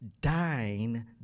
dying